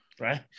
Right